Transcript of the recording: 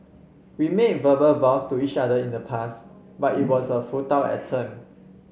we made verbal vows to each other in the past but it was a futile